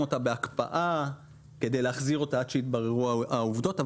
אותה בהקפאה כדי להחזיר אותה עד שיתבררו העובדות.